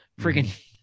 freaking